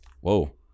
whoa